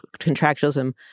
contractualism